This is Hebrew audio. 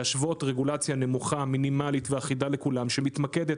להשוות רגולציה נמוכה מינימלית ואחידה לכולם שמתמקדת